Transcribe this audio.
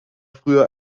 früher